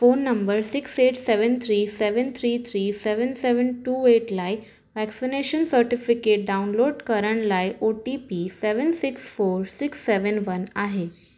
phone number six eight seven three seven three three seven seven two eight लाइ vaccination certificate download करण लाइ O T P seven six four six seven one आहे